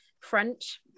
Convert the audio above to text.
French